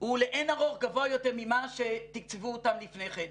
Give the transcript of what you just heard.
הוא לאין ערוך גבוה יותר ממה שקיצבו אותם לפני כן.